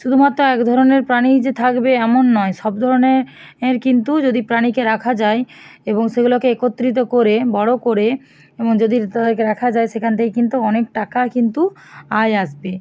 শুধুমাত্র এক ধরনের প্রাণীই যে থাকবে এমন নয় সব ধরনের এর কিন্তু যদি প্রাণীকে রাখা যায় এবং সেগুলোকে একত্রিত করে বড়ো করে এবং যদি তাদেরকে রাখা যায় সেখানে থেকে কিন্তু অনেক টাকা কিন্তু আয় আসবে